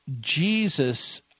Jesus